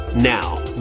Now